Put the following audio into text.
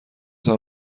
تان